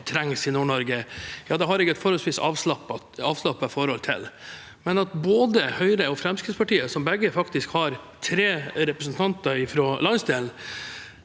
trengs i Nord-Norge, har jeg et forholdsvis avslappet forhold til. Men at både Høyre og Fremskrittspartiet, som begge faktisk har tre representanter fra landsdelen,